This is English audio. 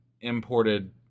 imported